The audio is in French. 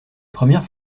premières